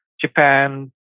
Japan